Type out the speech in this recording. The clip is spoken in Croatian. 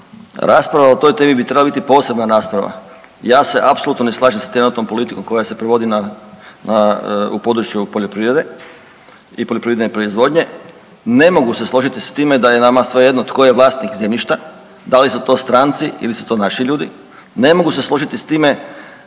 Rasprava o toj temi bi trebala biti posebna rasprava. Ja se apsolutno ne slažem sa trenutnom politikom koja se provodi na, u području poljoprivrede i poljoprivredne proizvodnje. Ne mogu se složiti s time da je nama svejedno tko je vlasnik zemljišta dali su to stranci ili su to naši ljudi, ne mogu se složiti s time